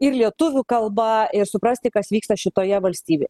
ir lietuvių kalba ir suprasti kas vyksta šitoje valstybėje